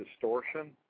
distortion